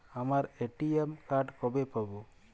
আমার ATM card কবে পাব?